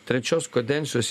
trečios kadencijos